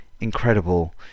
incredible